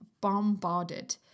bombarded